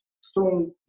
strong